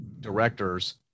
directors